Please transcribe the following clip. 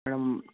madam